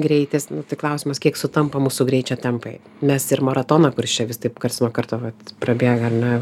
greitis tik klausimas kiek sutampa mūsų greičio tempai mes ir maratoną kuris čia vis taip karts nuo karto vat prabėga ar ne